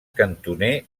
cantoner